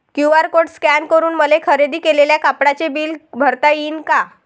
QR code scan करून मले खरेदी केलेल्या कापडाचे बिल भरता यीन का?